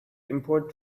import